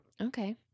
okay